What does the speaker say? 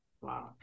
Wow